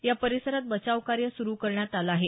या परिसरात बचावकार्य सुरु करण्यात आलं आहे